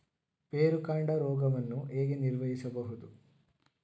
ಬೇರುಕಾಂಡ ರೋಗವನ್ನು ಹೇಗೆ ನಿರ್ವಹಿಸಬಹುದು?